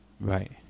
Right